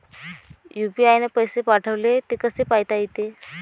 UPI न पैसे पाठवले, ते कसे पायता येते?